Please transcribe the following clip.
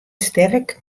sterk